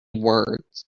words